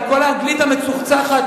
עם כל האנגלית המצוחצחת,